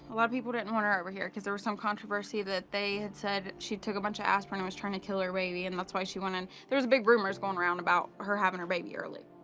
a lot of people didn't want her over here, cause there was some controversy that they had said she took a bunch of aspirin and was trying to kill her baby, and that's why she went in. there was big rumor that's going around about her having her baby early.